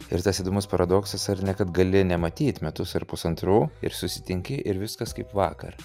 ir tas įdomus paradoksas ar ne kad gali nematyt metus ar pusantrų ir susitinki ir viskas kaip vakar